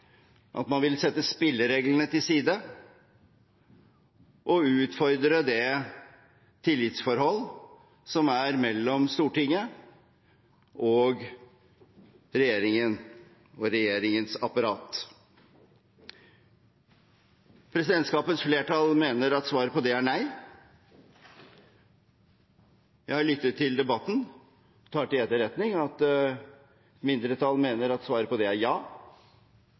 at man vil sette spillereglene til side og utfordre det tillitsforholdet som er mellom Stortinget og regjeringen og regjeringens apparat? Presidentskapets flertall mener at svaret på det er nei. Jeg har lyttet til debatten og tar til etterretning at et mindretall mener at svaret på det er ja,